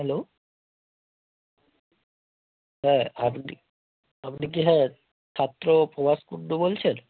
hello হ্যাঁ আপনি আপনি কি হ্যাঁ ছাত্র প্রভাষ কুন্ডু বলছেন